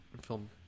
film